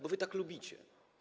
Bo wy tak lubicie.